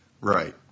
Right